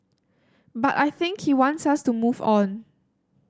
but I think he wants us to move on